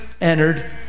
entered